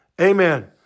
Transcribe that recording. Amen